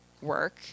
work